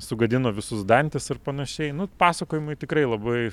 sugadino visus dantis ir panašiai nu pasakojimai tikrai labai